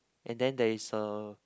and then there is a